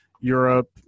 Europe